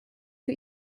für